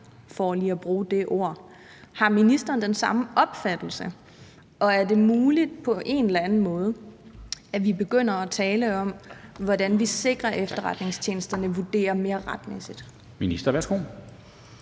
for lige at bruge det ord. Har ministeren den samme opfattelse? Og er det muligt på en eller anden måde, at vi begynder at tale om, hvordan vi sikrer, at efterretningstjenesterne vurderer mere retvisende?